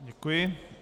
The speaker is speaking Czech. Děkuji.